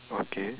okay